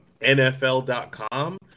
NFL.com